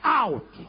out